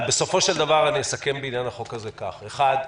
בסופו של דבר אסכם בעניין החוק הזה כך: אחת,